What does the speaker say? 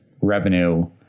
revenue